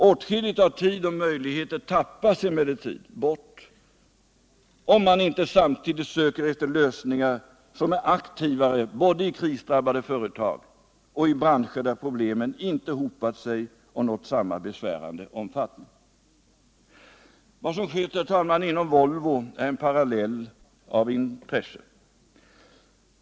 Åtskilligt av tid och möjligheter tappas emellertid bort om man inte samtidigt söker efter lösningar som är aktivare både i krisdrabbade företag och i branscher där problemen inte hopat sig och nått samma besvärande omfattning. Vad som skett inom Volvo är en parallell av intresse.